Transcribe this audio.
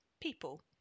people